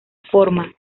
forma